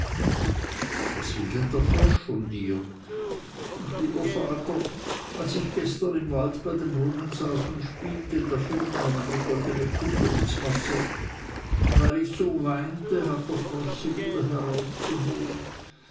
was will der frosch von dir ach lieber vater als ich gestern im wald bei dem brunnen saß und spielte da fiel meine goldenekugel ins wasser und weil ich so weinte hat sie der frosch wieder heraufgeholt